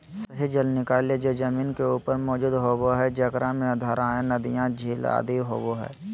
सतही जल निकाय जे जमीन के ऊपर मौजूद होबो हइ, जेकरा में धाराएँ, नदियाँ, झील आदि होबो हइ